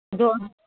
ꯑꯗꯣ